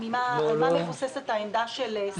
על מה מבוססת העמדה של שגית?